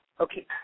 Okay